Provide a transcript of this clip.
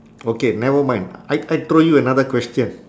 okay never mind I I throw you another question